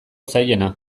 zailena